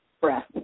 breath